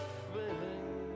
feeling